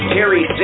Terry